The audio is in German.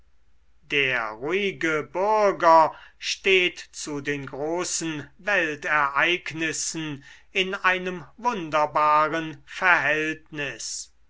der ruhige bürger steht zu den großen weltereignissen in einem wunderbaren verhältnis